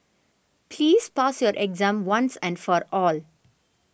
please pass your exam once and for all